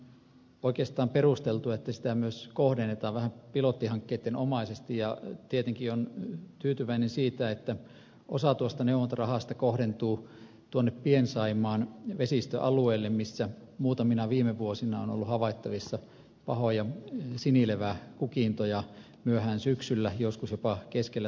on oikeastaan perusteltua että sitä myös kohdennetaan pilottihankkeittenomaisesti ja tietenkin olen tyytyväinen siihen että osa tuosta neuvontarahasta kohdentuu pien saimaan vesistöalueelle missä muutamina viime vuosina on ollut havaittavissa pahoja sinileväkukintoja myöhään syksyllä joskus jopa keskellä talvea